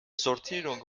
sortierung